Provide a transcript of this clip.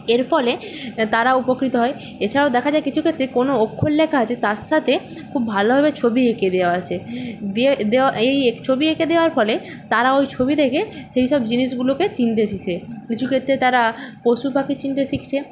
এর ফলে তারা উপকৃত হয় এছাড়াও দেখা যায় কিছু ক্ষেত্রে কোনো অক্ষর লেখা আছে তার সাথে খুব ভালোভাবে ছবি এঁকে দেওয়া আছে দিয়ে দেওয়া এই ছবি এঁকে দেওয়ার ফলে তারা ওই ছবি দেখে সেই সব জিনিসগুলোকে চিনতে শিখছে কিছু ক্ষেত্রে তারা পশু পাখি চিনতে শিখছে